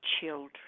children